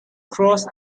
crossed